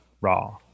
raw